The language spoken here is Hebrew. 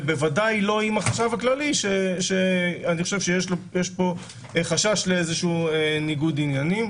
ודאי לא עם החשב הכללי, שיש חשש לניגוד עניינים.